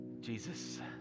Jesus